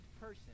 person